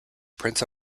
prince